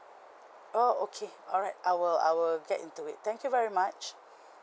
oh okay alright I will I will get into it thank you very much